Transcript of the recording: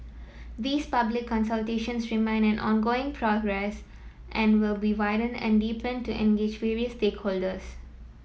these public consultations remain an ongoing progress and will be widened and deepened to engage various stakeholders